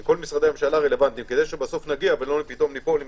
עם כל משרדי הממשלה הרלוונטיים כדי שבסוף נגיע ולא ניפול עם